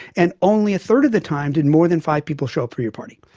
and only a third of the time did more than five people show up for your party.